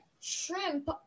shrimp